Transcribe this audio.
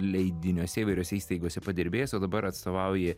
leidiniuose įvairiose įstaigose padirbėjęs o dabar atstovauji